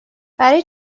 برای